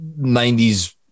90s